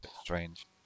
Strange